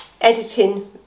editing